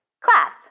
class